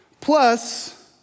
plus